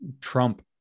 Trump